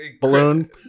balloon